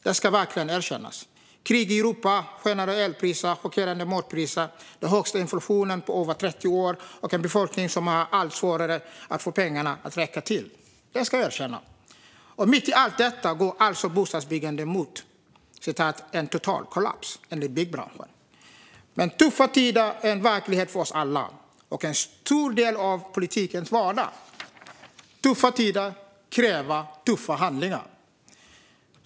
Det ska verkligen erkännas. Det är krig i Europa, skenande elpriser, chockerande matpriser, den högsta inflationen på över 30 år och en befolkning som har allt svårare att få pengarna att räcka till. Och mitt i allt detta går alltså bostadsbyggandet mot en total kollaps, enligt byggbranschen. Men tuffa tider är en verklighet för oss alla, och de är en stor del av politikens vardag. Tuffa tider kräver tuffa handlingar.